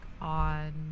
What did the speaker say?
on